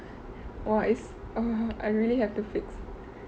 !wah! it's ugh I really have to fix